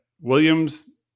Williams